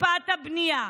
הקפאת בנייה,